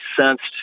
sensed